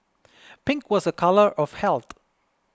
pink was a colour of health